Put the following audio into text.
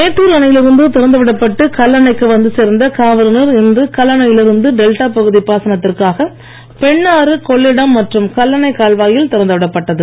மேட்டூர் அணையில் இருந்து திறந்துவிடப்பட்டு கல்லணைக்கு வந்து சேர்ந்த காவிரி நீர் இன்று கல்லணையில் இருந்து டெல்டா பகுதி பாசனத்திற்காக பெண்ணாறு கொள்ளிடம் மற்றும் கல்லணை கால்வாயில் திறந்துவிடப்பட்டது